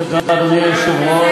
תודה, אדוני היושב-ראש,